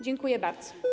Dziękuję bardzo.